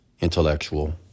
intellectual